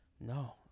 No